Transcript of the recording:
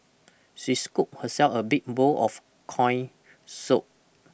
she scooped herself a big bowl of coin soup